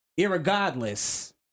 Irregardless